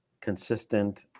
consistent